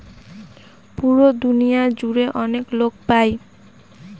পুরো দুনিয়া জুড়ে অনেক লোক পাই